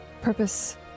Purpose